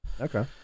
Okay